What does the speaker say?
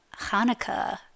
Hanukkah